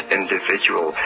individual